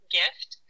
gift